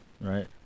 right